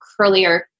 curlier